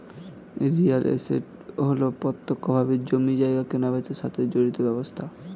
real estate হল প্রত্যক্ষভাবে জমি জায়গা কেনাবেচার সাথে জড়িত ব্যবসা